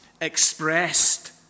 expressed